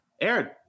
Aaron